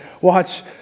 watch